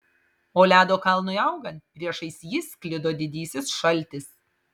o ledo kalnui augant priešais jį sklido didysis šaltis